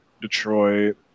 Detroit